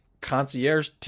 concierge